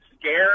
scared